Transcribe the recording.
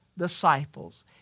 Disciples